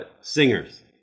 singers